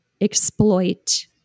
exploit